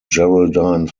geraldine